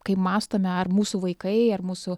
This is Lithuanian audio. kai mąstome ar mūsų vaikai ar mūsų